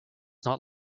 not